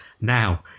Now